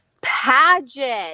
Paget